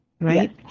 Right